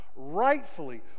rightfully